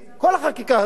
כל החקיקה הזאת,